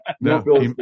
No